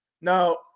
now